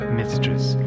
mistress